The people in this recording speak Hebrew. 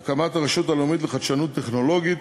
(הקמת הרשות הלאומית לחדשנות טכנולוגית),